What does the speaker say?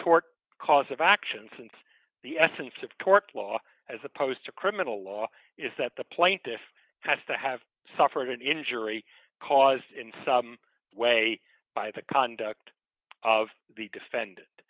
tort cause of action since the essence of court law as opposed to criminal law is that the plaintiff has to have suffered an injury caused in some way by the conduct of the